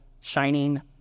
shining